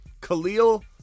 Khalil